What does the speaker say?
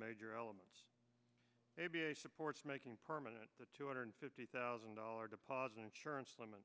major elements a b a supports making permanent the two hundred fifty thousand dollar deposit insurance limit